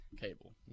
cable